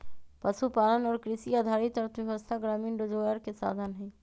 पशुपालन और कृषि आधारित अर्थव्यवस्था ग्रामीण रोजगार के साधन हई